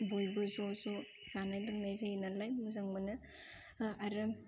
बयबो ज' ज' जानाय लोंनाय जायो नालाय मोजां मोनो आरो